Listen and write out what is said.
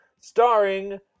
starring